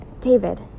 David